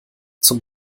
zum